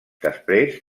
després